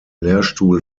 lehrstuhl